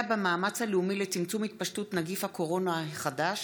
במאמץ הלאומי לצמצום התפשטות נגיף הקורונה החדש),